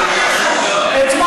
את לא עשית הסכמים קואליציוניים,